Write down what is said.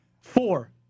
Four